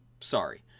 Sorry